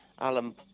Alan